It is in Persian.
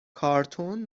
کارتن